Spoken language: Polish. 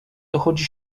dochodzi